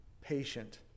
patient